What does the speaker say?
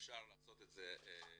ואפשר לעשות את זה מרחוק.